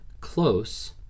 close